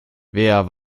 wer